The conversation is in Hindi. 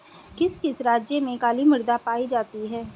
किस किस राज्य में काली मृदा पाई जाती है?